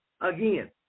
again